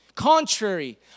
contrary